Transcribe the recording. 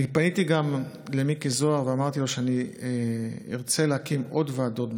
אני פניתי גם למיקי זוהר ואמרתי לו שאני ארצה להקים עוד ועדות בהמשך,